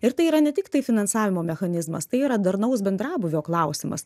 ir tai yra ne tiktai finansavimo mechanizmas tai yra darnaus bendrabūvio klausimas